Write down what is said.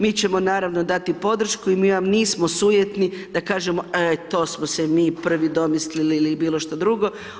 Mi ćemo naravno dati podršku i mi vam nismo sujetni da vam kažemo, e to smo se mi prvi domislili ili bilo što drugo.